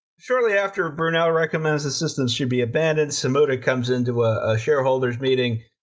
shortly after brunel recommends the system should be abandoned, samuda comes in to a shareholders' meeting,